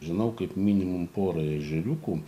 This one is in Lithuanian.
žinau kaip minimum porą ežeriukų